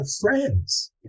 friends